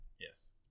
Yes